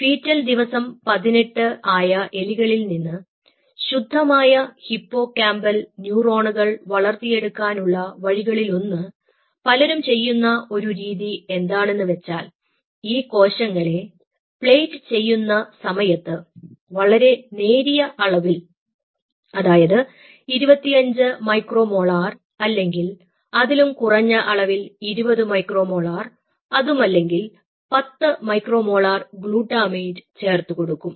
fetal ദിവസം 18 ആയ എലികളിൽ നിന്ന് ശുദ്ധമായ ഹിപ്പോകാമ്പൽ ന്യൂറോണുകൾ വളർത്തിയെടുക്കാനുള്ള വഴികളിലൊന്ന് പലരും ചെയ്യുന്ന ഒരു രീതി എന്താണെന്ന് വെച്ചാൽ ഈ കോശങ്ങളെ പ്ലേറ്റ് ചെയ്യുന്ന സമയത്ത് വളരെ നേരിയ അളവിൽ അതായത് 25 മൈക്രോ മോളാർ അല്ലെങ്കിൽ അതിലും കുറഞ്ഞ അളവിൽ 20 മൈക്രോ മോളാർ അതുമല്ലെങ്കിൽ 10 മൈക്രോ മോളാർ ഗ്ലൂട്ടാമേറ്റ് ചേർത്തുകൊടുക്കും